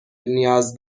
نیاز